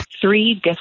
three